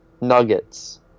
nuggets